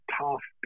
tough